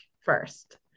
first